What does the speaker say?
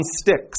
sticks